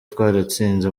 twaratsinze